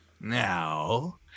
Now